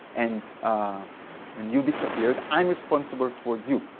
and you disappeared, i'm responsible towards you.